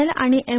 एल आनी एम